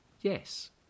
yes